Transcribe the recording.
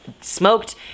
smoked